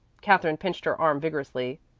katherine pinched her arm vigorously.